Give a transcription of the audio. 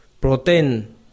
Protein